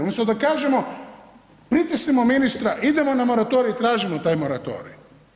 Umjesto da kažemo pritisnimo ministra idemo na moratorij, tražimo taj moratorij.